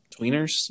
tweeners